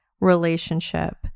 relationship